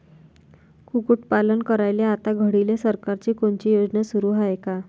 कुक्कुटपालन करायले आता घडीले सरकारची कोनची योजना सुरू हाये का?